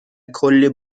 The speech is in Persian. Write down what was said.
کلی